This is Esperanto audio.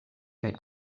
kaj